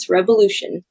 Revolution